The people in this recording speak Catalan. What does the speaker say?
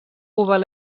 oval